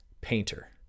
painter